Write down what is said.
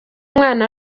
umwana